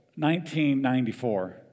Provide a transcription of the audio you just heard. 1994